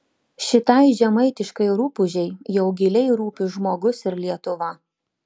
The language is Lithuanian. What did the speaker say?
šitai žemaitiškai rupūžei jau giliai rūpi žmogus ir lietuva